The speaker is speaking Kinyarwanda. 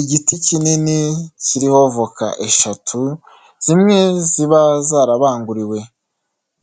Igiti kinini kiriho voka eshatu, zimwe ziba zarabanguriwe